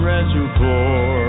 Reservoir